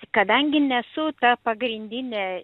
kadangi nesu ta pagrindinė